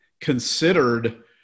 considered